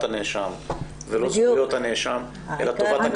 הנאשם ולא זכויות הנאשם אלא טובת הקטין,